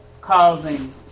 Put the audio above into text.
causing